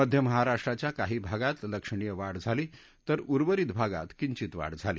मध्य महाराष्ट्राच्या काही भागात लक्षणीय वाढ झाली तर उर्वरित भागात किचित वाढ झाली